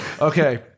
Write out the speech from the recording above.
Okay